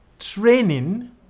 training